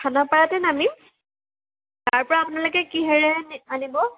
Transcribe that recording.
খানাপাৰাতে নামিম তাৰ পৰা আপোনালোকে কিহেৰে আনি আনিব